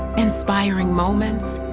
inspiring moments,